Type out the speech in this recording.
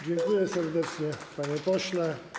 Dziękuję serdecznie, panie pośle.